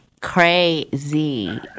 Crazy